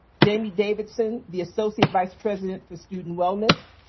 jamie davidson, the associate vice president for student wellness.